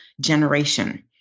generation